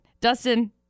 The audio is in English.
Dustin